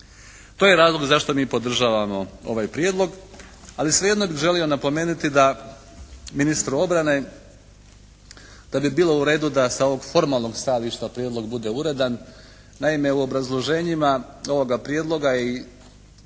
To je razlog zašto mi podržavamo ovaj prijedlog ali svejedno bih želio napomenuti da ministru obrane da bi bilo u redu da sa ovog formalnog stajališta prijedlog bude uredan. Naime, u obrazloženjima ovoga prijedloga i